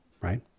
right